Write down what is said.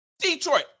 Detroit